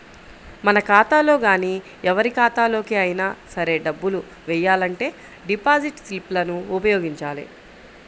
మన ఖాతాలో గానీ ఎవరి ఖాతాలోకి అయినా సరే డబ్బులు వెయ్యాలంటే డిపాజిట్ స్లిప్ లను ఉపయోగించాలి